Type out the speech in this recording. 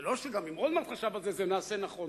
זה לא שגם אם אולמרט חשב על זה, זה מעשה נכון.